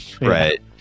Right